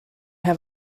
have